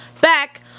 Back